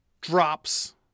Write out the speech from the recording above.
drops